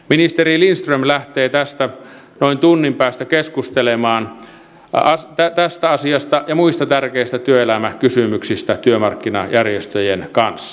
ministeri lindström lähtee tästä noin tunnin päästä keskustelemaan tästä asiasta ja muista tärkeistä työelämäkysymyksistä työmarkkinajärjestöjen kanssa